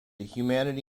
humanity